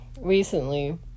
recently